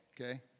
okay